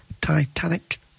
Titanic